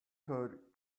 code